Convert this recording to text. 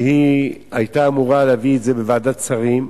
שהיתה אמורה להגיע לוועדת שרים,